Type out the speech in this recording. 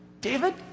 David